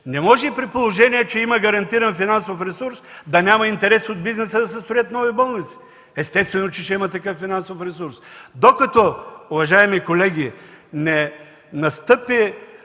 Не може, при положение че има гарантиран финансов ресурс, да няма интерес от бизнеса да се строят нови болници! Естествено, че ще има такъв финансов ресурс. Докато, уважаеми колеги, не настъпи